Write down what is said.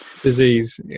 disease